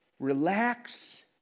Relax